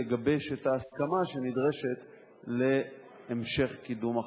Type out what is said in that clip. לגבש את ההסכמה שנדרשת להמשך קידום החקיקה.